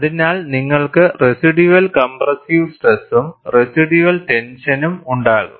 അതിനാൽ നിങ്ങൾക്ക് residual compressive സ്ട്രെസും റെസിഡ്യൂവൽ ടെൻഷനും ഉണ്ടാകും